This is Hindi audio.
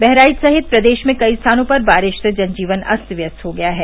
बहराइच सहित प्रदेश में कई स्थानों पर बारिश से जनजीवन अस्त व्यस्त हो गया है